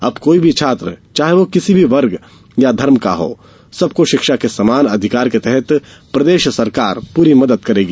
अब कोई भी छात्र चाहे वो किसी भी वर्ग या धर्म का हो सबको शिक्षा के समान अधिकार के तहत प्रदेश सरकार पूरी मदद करेगी